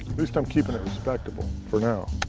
least i'm keeping it respectable for now.